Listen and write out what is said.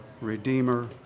Redeemer